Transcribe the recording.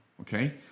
okay